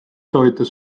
soovitas